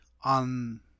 on